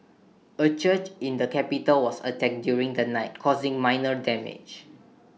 A church in the capital was attacked during the night causing minor damage